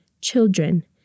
children